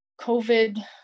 COVID